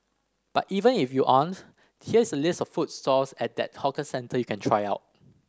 but even if you aren't here is a list of food stalls at that hawker centre you can try out